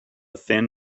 thin